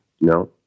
No